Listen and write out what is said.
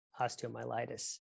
osteomyelitis